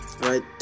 Right